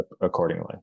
accordingly